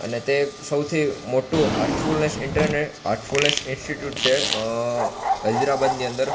અને તે સૌથી મોટું heartfulness internet heartfulness institute છે હૈદરાબાદની અંદર